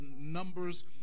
numbers